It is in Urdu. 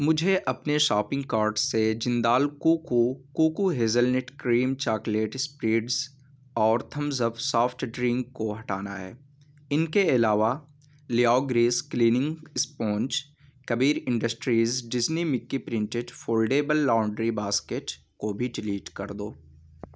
مجھے اپنے شاپنگ کارٹ سے Jindal coco coco hazelnut cream chocolate spreads اور تھمز اپ سافٹ ڈرنک کو ہٹانا ہے ان کے علاوہ Liao grease cleaning sponge Kabir industries Disney Mickey printed foldable laundry basket کو بھی ڈیلیٹ کر دو